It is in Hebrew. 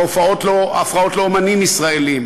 את ההפרעות לאמנים ישראלים,